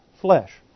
flesh